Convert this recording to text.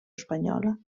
espanyola